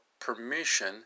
permission